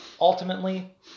ultimately